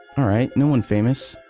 alright, no one famous.